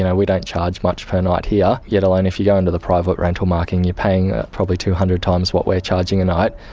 and we don't charge much per night here, yet and if you go and to the private rental market you're paying probably two hundred times what we're charging a night.